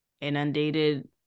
inundated